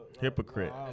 Hypocrite